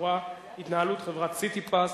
התנהלות חברת "סיטיפס"